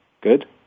Good